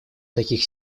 таких